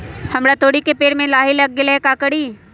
हमरा तोरी के पेड़ में लाही लग गेल है का करी?